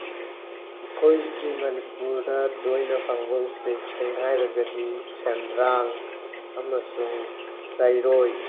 ꯑꯩꯈꯣꯏꯒꯤ ꯃꯅꯤꯄꯨꯔꯗ ꯇꯣꯏꯅ ꯐꯪꯕ ꯎꯆꯦꯛꯁꯤꯡ ꯍꯥꯏꯔꯒꯗꯤ ꯁꯦꯟꯗ꯭ꯔꯥꯡ ꯑꯃꯁꯨꯡ ꯆꯩꯔꯣꯏ